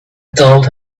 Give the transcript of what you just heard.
told